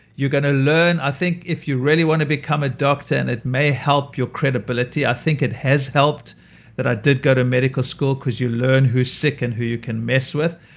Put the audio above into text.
you're going to learn. i think if you really want to become a doctor, and it may help your credibility. i think it has helped that i did go to medical school, because you learn who's sick, and who you can mess with.